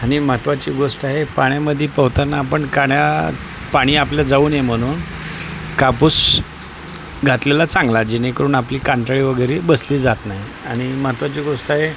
आणि महत्वाची गोष्ट आहे पाण्यामध्ये पोहताना आपण कानात पाणी आपल्या जाऊ नये म्हणून कापूस घातलेला चांगला जेणेकरून आपली कानठळी वगैरे बसली जात नाही आणि महत्त्वाची गोष्ट आहे